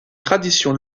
tradition